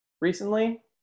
recently